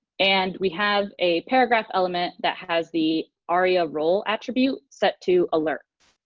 and we have a paragraph element that has the aria role attribute set to alert,